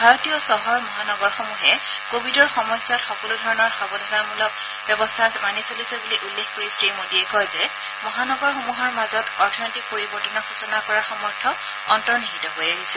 ভাৰতীয় চহৰ মহানগৰসমূহে ক ভিডৰ সময়ছোৱাত সকলোধৰণৰ সাৱধানতামূলক ব্যৱস্থা মানি চলিছে বুলি উল্লেখ কৰি শ্ৰীমোদীয়ে কয় যে মহানগৰসমূহৰ মাজত অৰ্থনৈতিক পৰিৱৰ্তনৰ সূচনা কৰাৰ সামৰ্থ অন্তনিহিত হৈ আহিছে